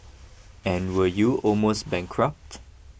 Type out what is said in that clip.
and were you almost bankrupt